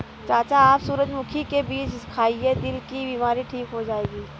चाचा आप सूरजमुखी के बीज खाइए, दिल की बीमारी ठीक हो जाएगी